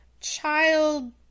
Child